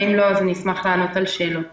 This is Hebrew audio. ואם לא אז אשמח לענות על שאלות נוספות.